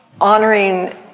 honoring